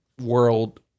world